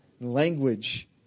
language